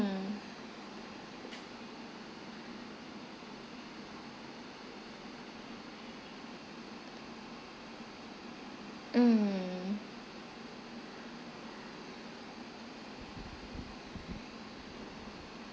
mm hmm